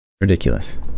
ridiculous